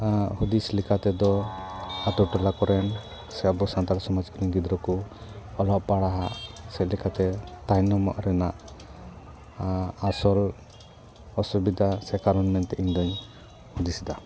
ᱦᱩᱫᱤᱥ ᱞᱮᱠᱟ ᱛᱮᱫᱚ ᱟᱛᱳ ᱴᱚᱞᱟ ᱠᱚᱨᱮᱱ ᱥᱮ ᱟᱵᱚ ᱥᱟᱱᱛᱟᱲ ᱥᱚᱢᱟᱡᱽ ᱠᱚᱨᱮᱱ ᱜᱤᱫᱽᱨᱟᱹ ᱠᱚ ᱚᱞᱚᱜ ᱯᱟᱲᱦᱟᱜ ᱥᱮᱫ ᱞᱮᱠᱟᱛᱮ ᱛᱟᱭᱱᱚᱢᱚᱜ ᱨᱮᱱᱟᱜ ᱟᱥᱚᱞ ᱚᱥᱩᱵᱤᱫᱟ ᱥᱮ ᱠᱟᱨᱚᱱ ᱢᱮᱱᱛᱮ ᱤᱧᱫᱚᱧ ᱦᱩᱫᱤᱥ ᱮᱫᱟ